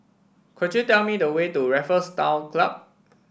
could you tell me the way to Raffles Town Club